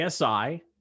asi